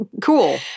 Cool